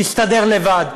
תסתדר לבד.